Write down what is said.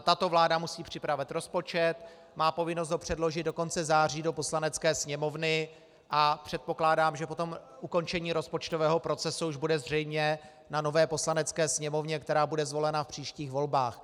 Tato vláda musí připravovat rozpočet, má povinnost ho předložit do konce září do Poslanecké sněmovny a předpokládám, že po ukončení rozpočtového procesu už to bude zřejmě na nové Poslanecké sněmovně, která bude zvolena v příštích volbách.